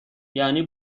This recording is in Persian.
یعنی